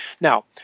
now